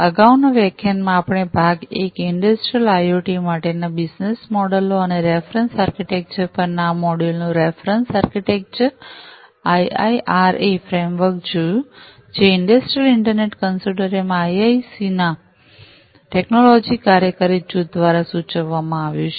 અગાઉના વ્યાખ્યાનમાં આપણે ભાગ એક ઇંડસ્ટ્રિયલ આઇઓટી માટેના બિઝનેશ મોડેલોbusiness મોડેલ્સ અને રેફ્રન્સ આર્કિટેક્ચર પરના આ મોડ્યુલનું રેફ્રન્સ આર્કિટેક્ચર આઇઆઇઆરએ ફ્રેમવર્ક જોયું જે ઇંડસ્ટ્રિયલ ઇન્ટરનેટ કન્સોર્ટિયમ આઇઆઇસીના ના ટેક્નોલોજી કાર્યકારી જૂથ દ્વારા સૂચવવામાં આવ્યું છે